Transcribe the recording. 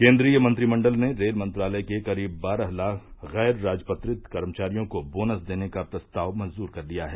केन्द्रीय मंत्रिमंडल ने रेल मंत्रालय के करीब बारह लाख गैर राजपत्रित कर्मचारियों को बोनस देने का प्रस्ताव मंजूर कर लिया है